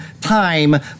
time